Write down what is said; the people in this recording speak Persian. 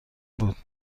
بود